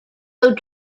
though